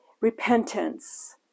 repentance